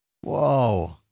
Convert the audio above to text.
Whoa